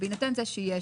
בהינתן זה שיש